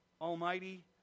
Almighty